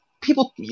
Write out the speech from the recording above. people